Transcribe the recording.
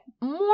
More